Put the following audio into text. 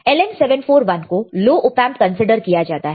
LM741 को low op amp consider किया जाता है